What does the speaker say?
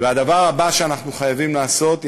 והדבר הבא שאנחנו צריכים לעשות,